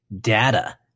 data